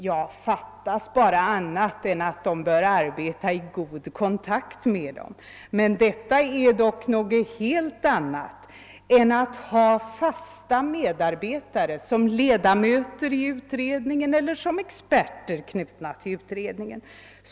Ja, fattas bara annat än att de bör arbeta i god kontakt med dessa organisationer! Detta är dock något helt annat än att ha fasta medarbetare som ledamöter i utredningen eller som experter, knutna till utredningen.